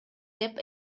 деп